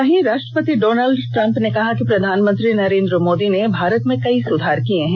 वहीं राष्ट्रपति Donald Trump ने कहा कि प्रधानमंत्री नरेंद्र मोदी ने भारत में कई सुधार किये हैं